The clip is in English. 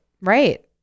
right